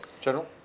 General